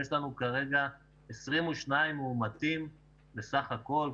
יש לנו כרגע 22 מאומתים בסך הכול,